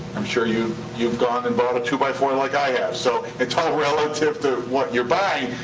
i'm sure you've you've gone and bought a two-by-four like i have. so it's all relative to what you're buying.